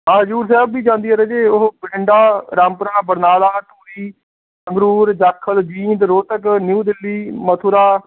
ਹਾਂ ਹਜ਼ੂਰ ਸਾਹਿਬ ਵੀ ਜਾਂਦੀ ਆ ਰਾਜੇ ਉਹ ਬਠਿੰਡਾ ਰਾਮਪੁਰਾ ਬਰਨਾਲਾ ਧੂਰੀ ਸੰਗਰੂਰ ਜਾਖਲ ਜੀਂਦ ਰੋਹਤਕ ਨਿਊ ਦਿੱਲੀ ਮਥੁਰਾ